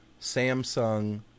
samsung